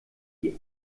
die